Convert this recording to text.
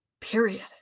Period